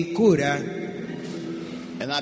cura